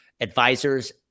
advisors